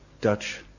Dutch